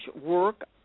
work